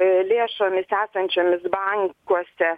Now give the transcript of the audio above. lėšomis esančiomis bankuose